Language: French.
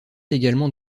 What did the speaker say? également